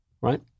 right